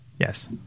Yes